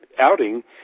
outing